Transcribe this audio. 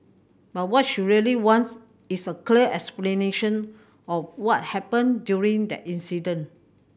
but what she really wants is a clear explanation of what happened during that incident